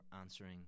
answering